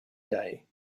day